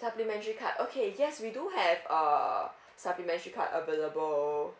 supplementary card okay yes we do have err supplementary card available